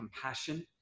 compassion